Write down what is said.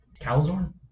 Calzorn